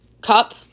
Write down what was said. Cup